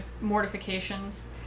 mortifications